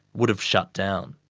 would've shut down.